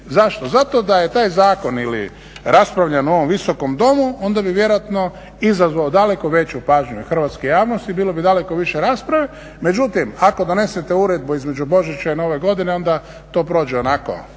Zašto? Zato da je taj zakon ili raspravljen u ovom Visokom domu, onda bi vjerojatno izazvao daleko veću pažnju hrvatske javnosti, bilo bi daleko više rasprave. Međutim, ako donesete uredbu između Božića i Nove godine onda to prođe onako